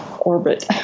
orbit